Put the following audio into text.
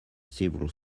several